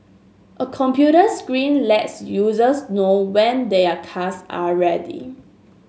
a computer screen lets users know when their cars are ready